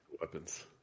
weapons